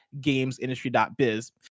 GamesIndustry.biz